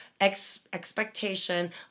expectation